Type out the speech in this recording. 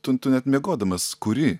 tu tu net miegodamas kuri